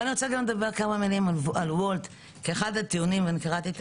לגבי וולט - אחד הטיעונים וקראתי את